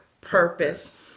purpose